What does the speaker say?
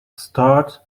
start